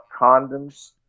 condoms